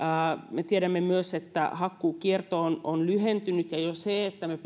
me tiedämme myös että hakkuukierto on on lyhentynyt ja jo sillä että